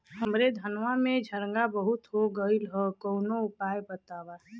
हमरे धनवा में झंरगा बहुत हो गईलह कवनो उपाय बतावा?